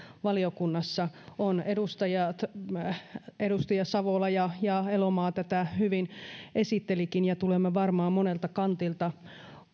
valiokunnassa on edustajat savola ja ja elomaa tätä hyvin esittelivätkin ja tulemme varmaan monelta kantilta